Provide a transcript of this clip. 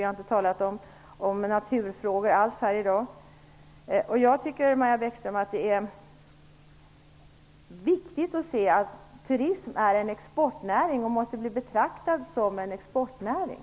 Vi har inte talat om naturfrågor alls i dag. Jag tycker, Maja Bäckström, att det är viktigt att se att turism är en exportnäring och måste bli betraktad som en exportnäring.